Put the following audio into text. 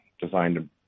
designed